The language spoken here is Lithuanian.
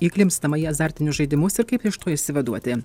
įklimpstama į azartinius žaidimus ir kaip iš to išsivaduoti